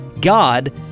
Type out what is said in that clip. God